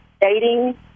dating